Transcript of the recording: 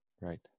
Right